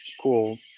cool